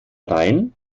rhein